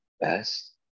best